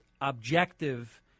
objective